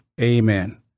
amen